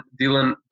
Dylan